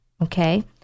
Okay